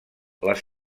les